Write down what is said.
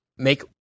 Make